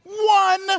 one